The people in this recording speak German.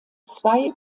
zwei